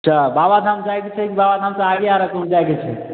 तऽ बाबाधाम जायके छै की बाबा धाम से आगे आर कहीँ जाइके छै